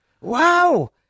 Wow